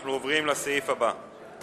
אנחנו עוברים לסעיף הבא בסדר-היום: